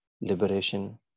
liberation